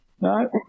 No